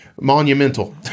monumental